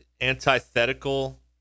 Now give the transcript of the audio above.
antithetical